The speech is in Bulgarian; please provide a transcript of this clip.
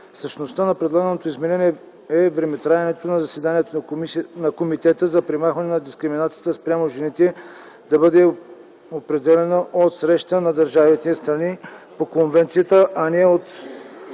Същността на предлаганото изменение е времетраенето на заседанията на Комитета за премахване на дискриминацията спрямо жените да бъде определяно от среща на държавите – страни по конвенцията, а не както